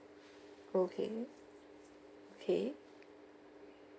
okay K